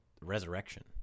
resurrection